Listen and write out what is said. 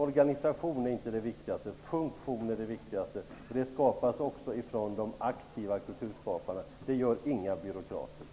Organisation är inte det viktigaste, utan det är funktion som är det viktigaste, och det skapas också av de aktiva kulturskaparna. Det gör inga byråkrater.